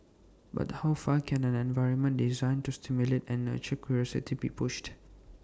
but how far can an environment designed to stimulate and nurture curiosity be pushed